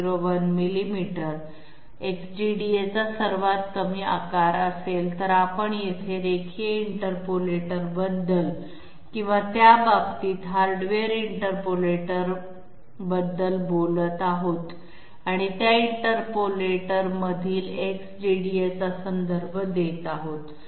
001 मिलिमीटरX DDA चा सर्वात कमी आकार असेल तर आपण येथे रेखीय इंटरपोलेटरबद्दल किंवा त्या बाबतीत हार्डवेअर इंटरपोलेटरबद्दल बोलत आहोत आणि त्या इंटरपोलेटरमधील X DDA चा संदर्भ देत आहोत